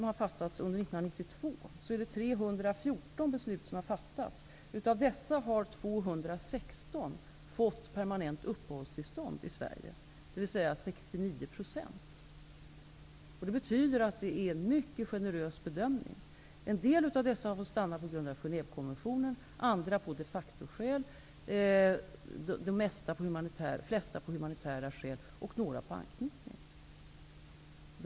Under 1992 har det fattats 314 beslut. Av dessa har 216 lett till man har fått permanent uppehållstillstånd i Sverige, dvs. 69 %. Det betyder att det är en mycket generös bedömning. En del av dessa människor har fått stanna på grund av Genèvekonventionen, andra på de facto-skäl, de flesta på humanitära skäl och några på grund av anknytning.